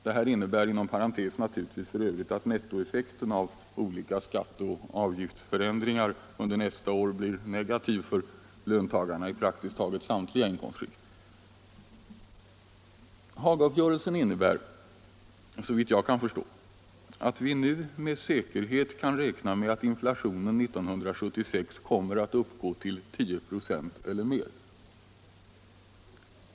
Det här innebär inom parentes naturligtvis f. ö. att nettoeffekten av olika skatteoch avgiftsförändringar under nästa år blir negativ för löntagarna i praktiskt taget samtliga inkomstskikt. Hagauppgörelsen innebär, såvitt jag kan förstå, att vi nu med säkerhet kan räkna med att inflationen 1976 kommer att uppgå till 10 96 eller mer.